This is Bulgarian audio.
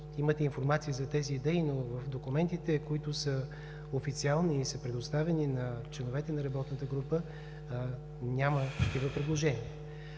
имате информация за тези идеи, но в документите, които са официални и са предоставени на членовете на работната група, няма такива предложения.